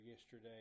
yesterday